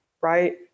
right